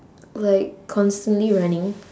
like constantly running